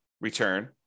return